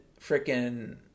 frickin